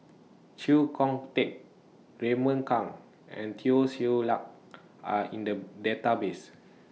Chee Kong Tet Raymond Kang and Teo Ser Luck Are in The Database